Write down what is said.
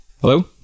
Hello